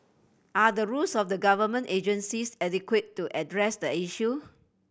are the rules of the government agencies adequate to address the issue